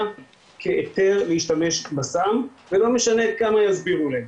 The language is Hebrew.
כהיתר להשתמש בסם ולא משנה כמה יסבירו להם.